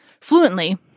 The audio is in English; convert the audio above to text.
fluently